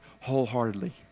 wholeheartedly